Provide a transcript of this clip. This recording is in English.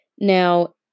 Now